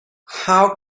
how